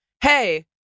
hey